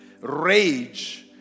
rage